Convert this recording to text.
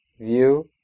view